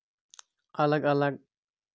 الگ الگ